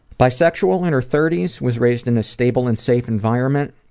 bisexual, in her thirty s, was raised in a stable and safe environment,